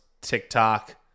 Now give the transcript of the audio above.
TikTok